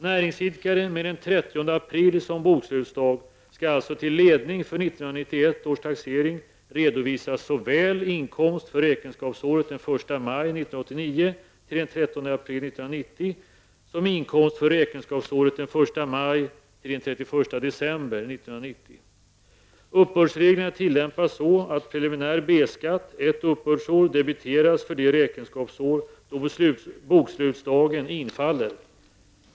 Näringsidkare med den 30 april som bokslutsdag skall alltså till ledning för 1991 års taxering redovisa såväl inkomst för räkenskapsåret den 1 maj 1989-- maj--31 december 1990. Uppbördsreglerna tillämpas så att preliminär B-skatt ett uppbördsår debiteras för det räkenskapsår då bokslutsdagen infaller.